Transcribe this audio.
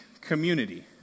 community